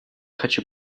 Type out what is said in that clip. хочу